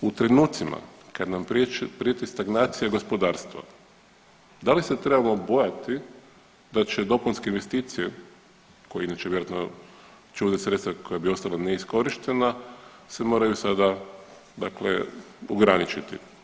U trenucima kad nam prijeti stagnacija gospodarstva, da li se trebamo bojati da će dopunske investicije koje inače bi vjerojatno ... sredstva koja bi ostala neiskorištena se moraju sada dakle ograničiti.